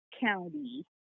county